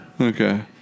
Okay